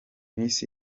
miss